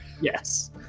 Yes